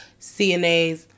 CNAs